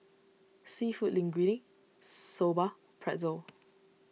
Seafood Linguine Soba Pretzel